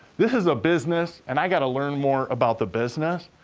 this is a business, and i gotta learn more about the business.